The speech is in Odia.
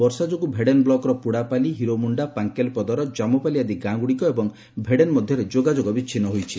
ବର୍ଷା ଯୋଗୁଁ ଭେଡେନ ବ୍ଲକର ପୁଡାପାଲି ହିରୋମୁଣ୍ଡା ପାଙ୍କେଲପଦର ଜାମପାଲି ଆଦି ଗାଁଗୁଡିକ ଏବଂ ଭେଡେନ ମଧ୍ଘରେ ଯୋଗାଯୋଗ ବିଛିନୁ ହୋଇଛି